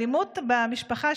האלימות במשפחה,